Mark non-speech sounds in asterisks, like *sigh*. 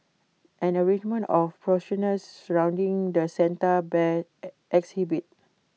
an arrangement of poinsettias surrounding the Santa bear *hesitation* exhibit